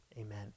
amen